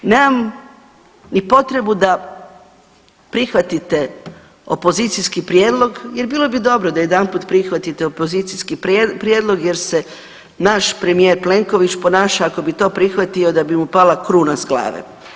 Nemam ni potrebu da prihvatite opozicijski prijedlog jer bilo bi dobro da jedanput prihvatite opozicijski prijedlog jer se naš premijer Plenković ponaša ako bi to prihvatio da bi mu pala kruna s glave.